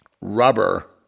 Rubber